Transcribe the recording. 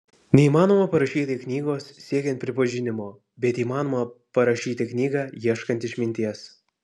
neįmanoma parašyti knygos siekiant pripažinimo bet įmanoma parašyti knygą ieškant išminties